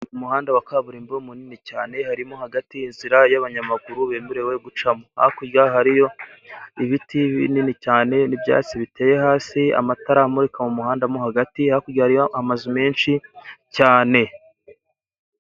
Mu muhanda wa kaburimbo munini cyane harimo hagati inzira y'abanyamaguru bemerewe gucamo, hakurya hariyo ibiti binini cyane n'ibyatsi biteye hasi amatara amurika mu muhandamo hagati hakurya hariyo amazu menshi cyane.